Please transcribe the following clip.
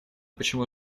почему